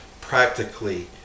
practically